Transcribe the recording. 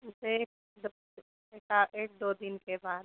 एक दो दिन एका एक दो दिन के बाद